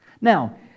Now